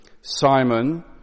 Simon